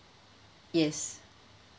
yes